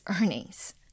earnings